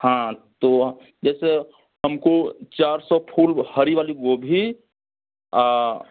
हाँ तो जैसे हमको चार सौ फूल हरी वाली गोभी आ